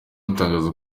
atangaza